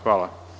Hvala.